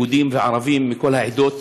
יהודים וערבים מכל העדות,